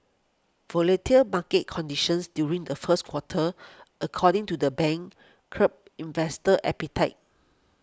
volatile market conditions during the first quarter according to the bank curbed investor appetite